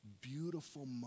beautiful